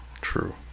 true